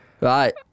Right